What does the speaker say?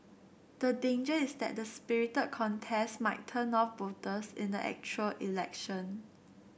the danger is that the spirited contest might turn off voters in the actual election